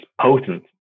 potent